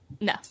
No